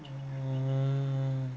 orh